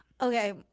Okay